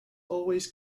always